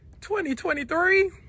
2023